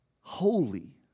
holy